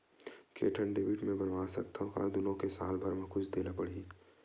के ठन डेबिट मैं बनवा रख सकथव? का दुनो के साल भर मा कुछ दे ला पड़ही?